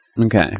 Okay